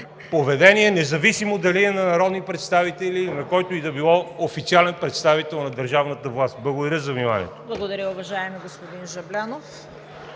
поведение, независимо дали е на народни представители, на който и да било официален представител на държавната власт. Благодаря за вниманието. (Ръкопляскания от „БСП за